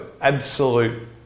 Absolute